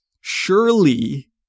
Surely